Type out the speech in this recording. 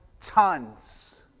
tons